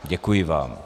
Děkuji vám.